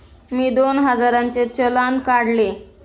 मी दोन हजारांचे चलान काढले